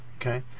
Okay